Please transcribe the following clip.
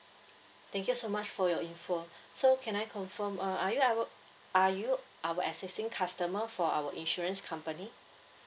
thank you so much for your info so can I confirm uh are you our are you our existing customer for our insurance company